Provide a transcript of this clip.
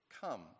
come